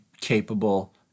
capable